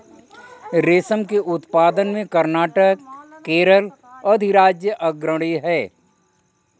रेशम के उत्पादन में कर्नाटक केरल अधिराज्य अग्रणी है